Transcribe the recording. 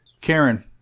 Karen